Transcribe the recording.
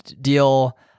deal